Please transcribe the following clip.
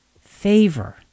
Favor